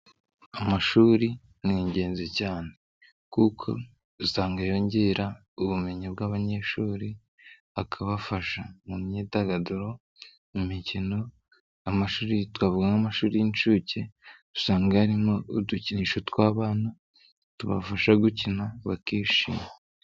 Amashuri ni ingenzi cyane kuko usanga yongera ubumenyi bw'abanyeshuri bakabafasha mu myidagaduro, mu mikino amashuri yitwa nk amashuri y'incuke dusanga harimo udukinisho tw'abana tubafasha gukina bakishima.